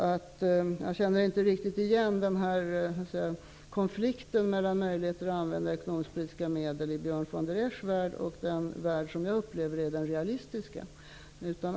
Därför känner jag inte igen konflikten mellan möjligheten att använda ekonomisk-politiska medel i Björn von der Eschs värld och den värld som jag upplever vara den realistiska.